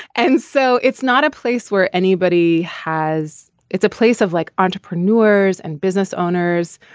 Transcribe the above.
and so it's not a place where anybody has. it's a place of like entrepreneurs and business owners.